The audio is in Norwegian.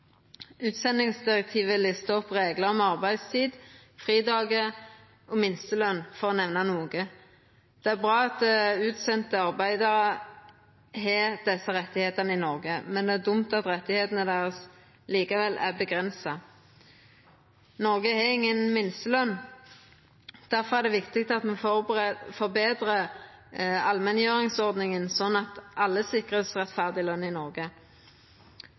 Utsendingsdirektivet listar opp reglar om arbeidstid, fridagar og minsteløn – for å nemna noko. Det er bra at utsende arbeidarar har desse rettane i Noreg, men det er dumt at rettane deira likevel er avgrensa. Noreg har ingen minsteløn. Derfor er det viktig at me forbetrar allmenngjeringsordninga, slik at alle kan sikrast rettferdig løn i Noreg.